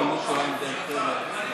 מה, חושבים שזה תענוג פה לעמוד ככה?